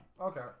Okay